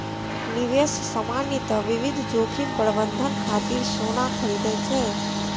निवेशक सामान्यतः विविध जोखिम प्रबंधन खातिर सोना खरीदै छै